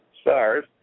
stars